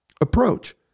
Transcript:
approach